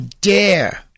dare